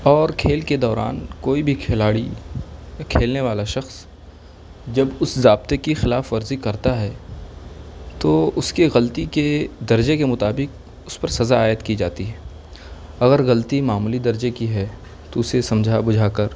اور کھیل کے دوران کوئی بھی کھلاڑی یا کھیلنے والا شخص جب اس ضابطے کی خلاف ورزی کرتا ہے تو اس کے غلطی کے درجے کے مطابک اس پر سزا عائد کی جاتی ہے اغر غلطی معمولی درجے کی ہے تو اسے سمجھا بجھا کر